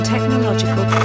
Technological